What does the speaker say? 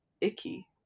icky